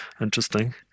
interesting